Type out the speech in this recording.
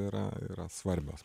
yra yra svarbios